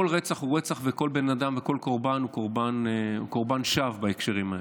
כל רצח הוא רצח וכל בן אדם וכל קורבן הוא קורבן שווא בהקשרים האלה,